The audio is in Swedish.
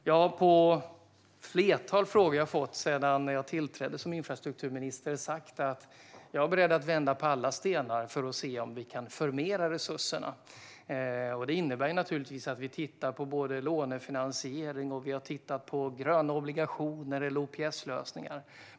Jag har på ett flertal frågor jag fått sedan jag tillträdde som infrastrukturminister svarat att jag är beredd att vända på alla stenar för att se om vi kan förmera resurserna. Det innebär att vi tittar på både lånefinansiering och gröna obligationer men också på OPS-lösningar.